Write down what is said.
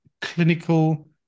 clinical